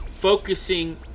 focusing